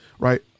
right